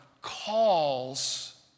calls